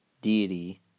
deity